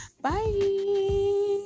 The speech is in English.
bye